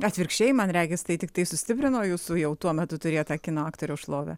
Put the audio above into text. atvirkščiai man regis tai tiktai sustiprino jūsų jau tuo metu turėtą kino aktoriaus šlovę